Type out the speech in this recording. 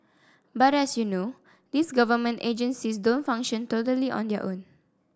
but as you know these government agencies don't function totally on their own